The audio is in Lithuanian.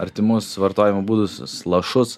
artimus vartojimo būdus lašus